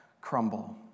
crumble